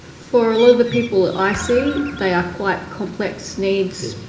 for a lot of the people i see, they are quite complex needs,